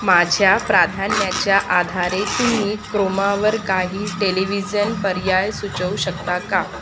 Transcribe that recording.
माझ्या प्राधान्याच्या आधारे तुम्ही क्रोमावर काही टेलिव्हिजन पर्याय सुचवू शकता का